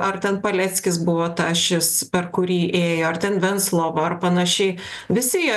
ar ten paleckis buvo ta ašis per kurį ėjo ar ten venclova ar panašiai visi jie